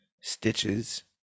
Stitches